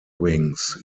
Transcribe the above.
wings